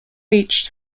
beach